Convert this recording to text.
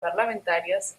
parlamentarias